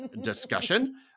discussion